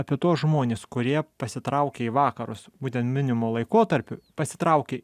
apie tuos žmones kurie pasitraukė į vakarus būtent minimu laikotarpiu pasitraukė